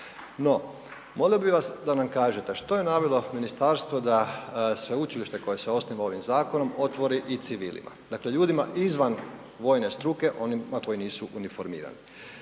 No, molio bi vas da nam kažete što je navelo ministarstvo da sveučilište koje osniva ovim zakonom, otvori i civilima? Dakle, ljudima izvan vojne struke, onima koji nisu uniformirani